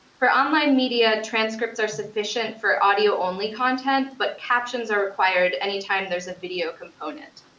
for online media, transcripts are sufficient for audio only content, but captions are required anytime there's a video component.